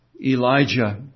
Elijah